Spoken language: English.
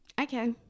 Okay